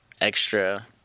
extra